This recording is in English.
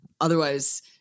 otherwise